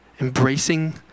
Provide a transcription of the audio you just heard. embracing